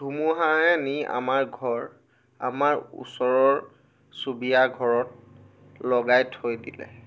ধুমুহাৰে নি আমাৰ ঘৰ আমাৰ ওচৰৰ চুবুৰীয়া ঘৰত লগাই থৈ দিলে